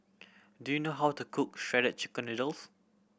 do you know how to cook Shredded Chicken Noodles